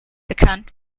bekannt